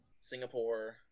Singapore